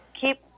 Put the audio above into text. Keep